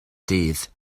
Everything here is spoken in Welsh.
dydd